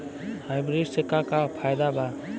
Hybrid से का का फायदा बा?